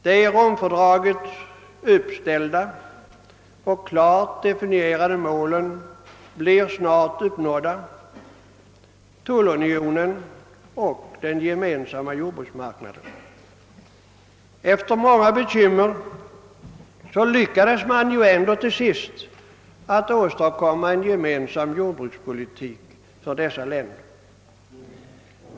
De i Romfördraget uppställda och klart definierade målen blir snart uppnådda, nämligen tullunionen och den gemensamma jordbruksmarknaden. Efter många bekymmer lyckades man ändå till sist åstadkomma en gemensam jordbrukspolitik för dessa länder.